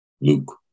Luke